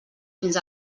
fins